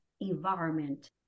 environment